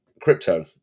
crypto